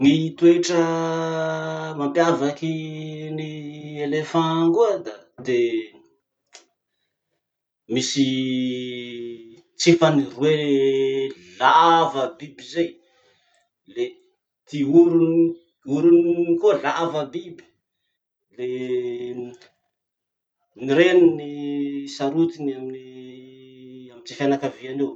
Ny toetra mampiavaky gn'elephants koa da de misy tsifany roe lava biby zay, le ty orony orony iny koa lava biby, le ny reniny sarotiny amy ty fianakaviany eo.